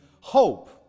hope